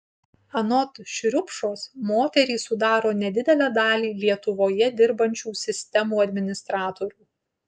anot šriupšos moterys sudaro nedidelę dalį lietuvoje dirbančių sistemų administratorių